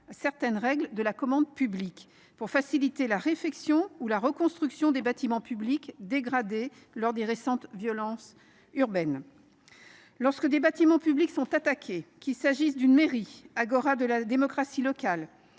certaines règles de la commande publique pour faciliter la réfection ou la reconstruction des bâtiments publics dégradés lors des récentes violences urbaines. Lorsque des bâtiments publics sont attaqués, qu’il s’agisse d’une mairie, agora de la démocratie locale,